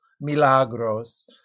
milagros